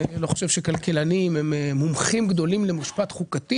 לא חושב שכלכלנים הם מומחים גדולים במשפט חוקתי